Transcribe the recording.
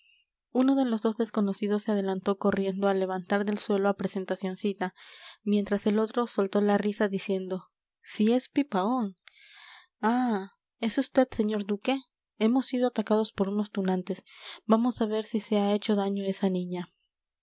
uno de los dos desconocidos se adelantó corriendo a levantar del suelo a presentacioncita mientras el otro soltó la risa diciendo si es pipaón ah es vd señor duque hemos sido atacados por unos tunantes vamos a ver si se ha hecho daño esa niña